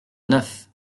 neuf